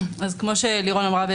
כמו שלירון אמרה,